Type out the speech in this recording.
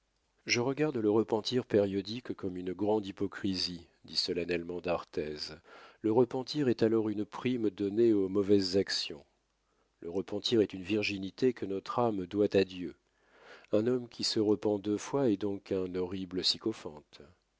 je regarde le repentir périodique comme une grande hypocrisie dit solennellement d'arthez le repentir est alors une prime donnée aux mauvaises actions le repentir est une virginité que notre âme doit à dieu un homme qui se repent deux fois est donc un horrible